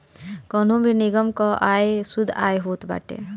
कवनो भी निगम कअ आय शुद्ध आय होत बाटे